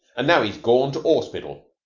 and now e's gorn to orspital.